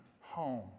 home